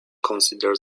consider